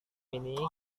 ini